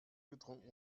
getrunken